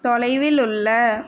தொலைவில் உள்ள